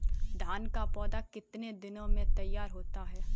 धान का पौधा कितने दिनों में तैयार होता है?